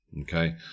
Okay